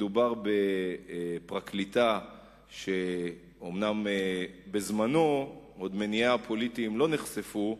מדובר בפרקליטה שבזמנה מניעיה הפוליטיים עוד לא נחשפו,